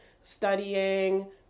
studying